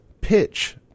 pitch